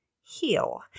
heal